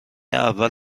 اول